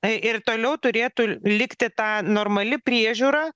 i ir toliau turėtų likti ta normali priežiūra